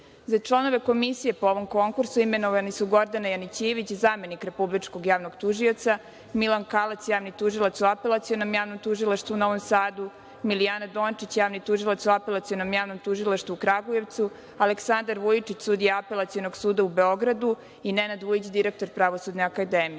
Za članove Komisije po ovom konkursu imenovani su Gordana Janićijević, zamenik javnog tužioca, Milan Kalac, javni tužilac u Apelacionom javnom tužilaštvu u Novom Sadu, Milijana Dončić, javni tužilac u Apelacionom javnom tužilaštvu u Kragujevcu, Aleksandar Vujčić, sudija Apelacionog suda u Beogradu i Nenad Vujić, direktor Pravosudne akademije. Kao